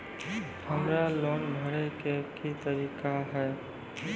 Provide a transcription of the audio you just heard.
हमरा लोन भरे के की तरीका है?